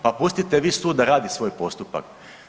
Pa pustite vi sud da radi svoj postupak.